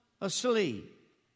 asleep